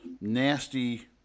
nasty